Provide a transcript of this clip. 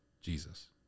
Jesus